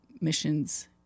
missions